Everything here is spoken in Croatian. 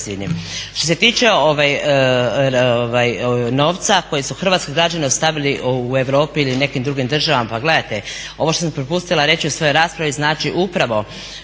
Što se tiče novca koji su hrvatski građani ostavili u Europi ili nekim drugim državama, pa gledajte ovo što sam propustila reći u svojoj raspravi znači upravo